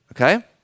okay